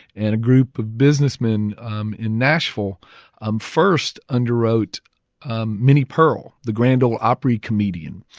and a group of businessmen um in nashville um first underwrote um minnie pearl, the grand ole opry comedian.